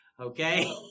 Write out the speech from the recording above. Okay